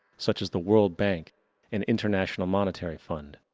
such as the world bank and international monetary fund